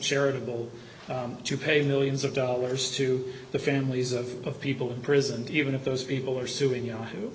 charitable to pay millions of dollars to the families of the people prison even if those people are suing yahoo